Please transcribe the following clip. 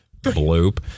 Bloop